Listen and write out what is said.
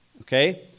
Okay